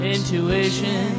Intuition